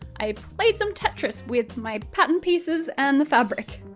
i played some tetris with my pattern pieces and the fabric.